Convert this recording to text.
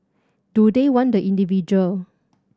do they want the individual